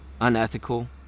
unethical